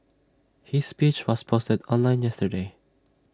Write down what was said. his speech was posted online yesterday